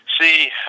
see